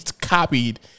copied